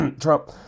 Trump